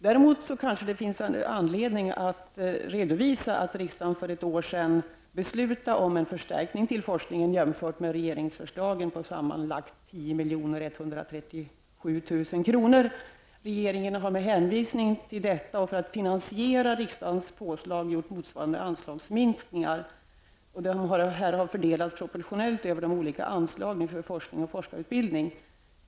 Däremot kanske det finns anledning att redovisa att riksdagen för ett år sedan beslutade om en förstärkning till forskningen, jämfört med regeringens förslag, på sammanlagt 10 137 000 kr. Regeringen har med hänvisning till detta och för att finansiera riksdagens påslag gjort motsvarande anslagsminskningar, som har fördelats proportionellt över de olika anslagen för forskning och forskarutbildning.